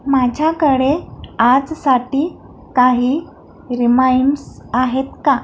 माझ्याकडे आजसाठी काही रिमाइंडस आहेत का